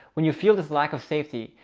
when you feel this lack of safety,